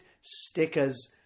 stickers